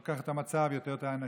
לא כל כך את המצב, יותר את האנשים